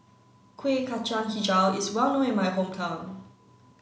Kueh Kacang Hijau is well known in my hometown